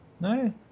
No